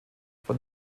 von